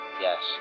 Yes